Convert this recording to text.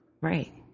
Right